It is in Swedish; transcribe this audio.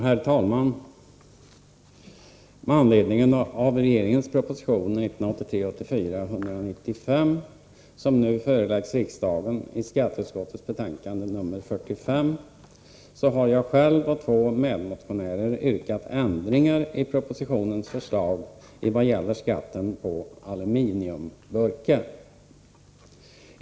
Herr talman! Med anledning av regeringens proposition 1983/84:195 som nu behandlas i skatteutskottets betänkande 45, som nu föreläggs riksdagen, har jag själv och två medmotionärer yrkat på ändringar i propositionens förslag i vad gäller skatten på aluminiumburkar.